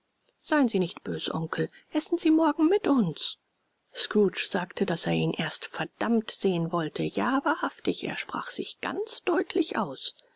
seien sie nicht bös onkel essen sie morgen mit uns scrooge sagte daß er ihn erst verdammt sehen wollte ja wahrhaftig er sprach sich ganz deutlich aus